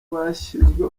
bashyizwe